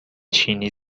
چینی